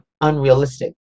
unrealistic